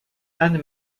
anne